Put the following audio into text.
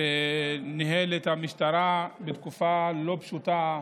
שניהל את המשטרה בתקופה לא פשוטה,